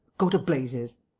go to blazes!